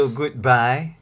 goodbye